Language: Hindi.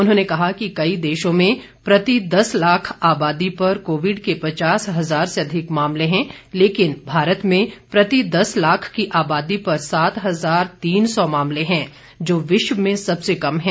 उन्होंने कहा कि कई देशों में प्रति दस लाख आबादी पर कोविड के पचास हजार से अधिक मामले हैं लेकिन भारत में प्रति दस लाख की आबादी पर सात हजार तीन सौ मामले हैं जो विश्व में सबसे कम है